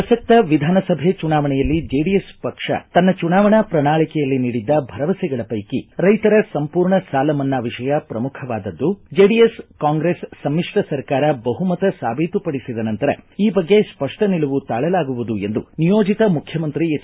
ಪ್ರಸಕ್ತ ವಿಧಾನಸಭೆ ಚುನಾವಣೆಯಲ್ಲಿ ಜೆಡಿಎಸ್ ಪಕ್ಷ ತನ್ನ ಚುನಾವಣಾ ಪ್ರಣಾಳಕೆಯಲ್ಲಿ ನೀಡಿದ್ದ ಭರವಸೆಗಳ ಪೈಕಿ ರೈತರ ಸಂಪೂರ್ಣ ಸಾಲ ಮನ್ನಾ ವಿಷಯ ಪ್ರಮುಖವಾದದ್ದು ಜೆಡಿಎಸ್ ಕಾಂಗ್ರೆಸ್ ಸಮಿತ್ರ ಸರ್ಕಾರ ಬಹುಮತ ಸಾಬೀತು ಪಡಿಸಿದ ನಂತರ ಈ ಬಗ್ಗೆ ಸ್ಪಷ್ಟ ನಿಲುವು ತಾಳಲಾಗುವುದು ಎಂದು ನಿಯೋಜಿತ ಮುಖ್ಯಮಂತ್ರಿ ಎಚ್